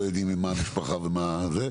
לא יודעים מה המשפחה ומה הפרטי,